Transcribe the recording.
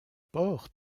port